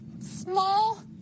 small